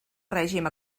règim